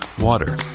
water